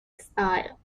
style